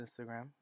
Instagram